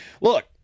look